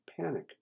panic